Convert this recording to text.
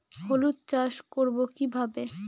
হলুদ চাষ করব কিভাবে?